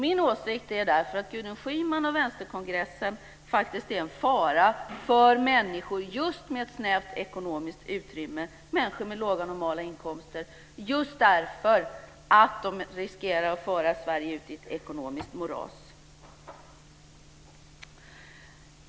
Min åsikt är därför att Gudrun Schyman och vänsterkongressen faktiskt är en fara för människor just med ett snävt ekonomiskt utrymme, människor med låga och normala inkomster, just därför att de riskerar att föra Sverige ut i ett ekonomiskt moras.